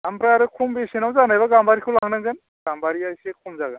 आमफ्राय आरो खम बेसेनाव जानायबा गाम्बारिखौ लानांगोन गाम्बारिया एसे खम जागोन